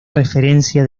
referencia